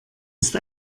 ist